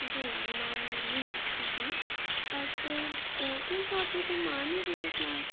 जी मैं मैरीन बात कर रही हूँ तो गे स्वाती तुम आ नहीं रही हो क्लास